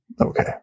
Okay